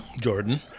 Jordan